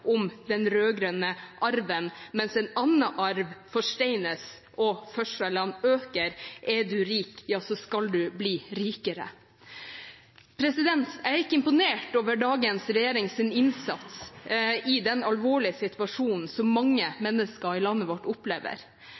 om den rød-grønne arven, mens en annen arv forsteines, og forskjellene øker: Er du rik, ja så skal du bli rikere. Jeg er ikke imponert over dagens regjerings innsats i den alvorlige situasjonen som mange mennesker i landet vårt opplever.